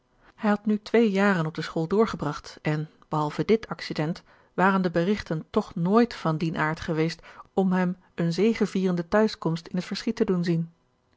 hij had nu twee jaren op de school doorgebragt en behalve dit accident waren de berigten toch nooit van dien aard geweest om hem eene zegevierende tehuiskomst in het verschiet te doen zien